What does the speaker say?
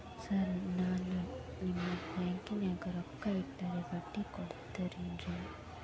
Sir ನಾನು ನಿಮ್ಮ ಬ್ಯಾಂಕನಾಗ ರೊಕ್ಕ ಇಟ್ಟರ ಬಡ್ಡಿ ಕೊಡತೇರೇನ್ರಿ?